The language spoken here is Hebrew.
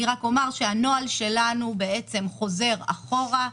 הנוהל שלנו חוזר אחורה.